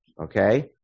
okay